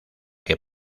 que